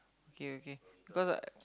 okay okay cause I